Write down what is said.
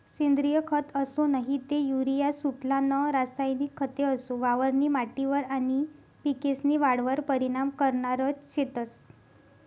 सेंद्रिय खत असो नही ते युरिया सुफला नं रासायनिक खते असो वावरनी माटीवर आनी पिकेस्नी वाढवर परीनाम करनारज शेतंस